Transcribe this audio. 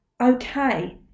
okay